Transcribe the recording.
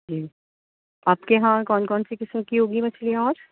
جی آپ کے یہاں کون کون سی قسم کی ہوں گی مچھلیاں اور